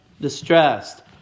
distressed